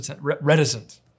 reticent